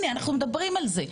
הנה אנחנו מדברים על זה.